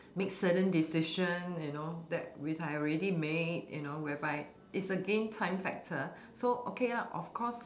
make certain decision and you know that which I already made you know whereby it's again time factor so okay lah of course